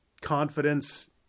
confidence